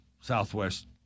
Southwest